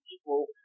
people